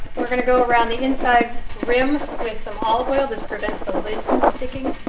we're going to go around the inside rim with some olive oil this prevents the lid from sticking